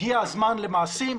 הגיע הזמן למעשים.